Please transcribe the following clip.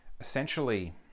Essentially